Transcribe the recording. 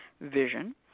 vision